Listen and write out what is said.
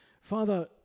Father